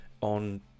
on